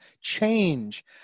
change